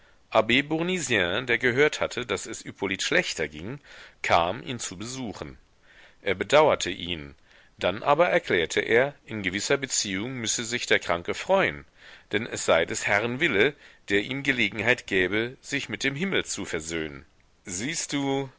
der gehört hatte daß es hippolyt schlechter ging kam ihn zu besuchen er bedauerte ihn dann aber erklärte er in gewisser beziehung müsse sich der kranke freuen denn es sei des herrn wille der ihm gelegenheit gäbe sich mit dem himmel zu versöhnen siehst du